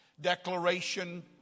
declaration